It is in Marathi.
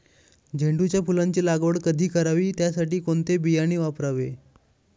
झेंडूच्या फुलांची लागवड कधी करावी? त्यासाठी कोणते बियाणे वापरावे?